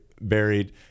buried